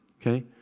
okay